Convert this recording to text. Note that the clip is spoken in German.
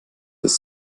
ist